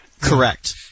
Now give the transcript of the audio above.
Correct